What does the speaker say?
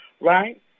right